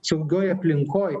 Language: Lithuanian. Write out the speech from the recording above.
saugioj aplinkoj